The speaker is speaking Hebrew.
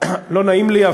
לא נעים לי,